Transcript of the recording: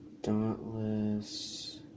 Dauntless